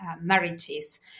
marriages